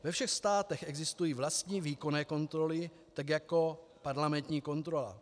Ve všech státech existují vlastní výkonné kontroly, tak jako parlamentní kontrola.